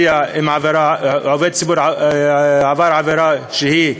אם עובד ציבור עבר עבירה שהיא